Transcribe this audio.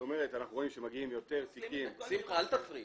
זאת אומרת שאנחנו רואים שמגיעים יותר תיקים ------ שמחה אל תפריעי.